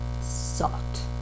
sucked